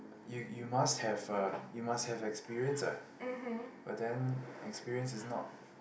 you you must have a you must have experience ah but then experience is not